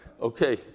Okay